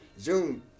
June